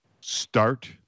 start